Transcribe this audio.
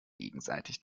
gegenseitig